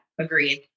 agreed